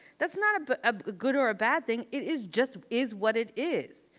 that's not but a good or a bad thing. it is just is what it is.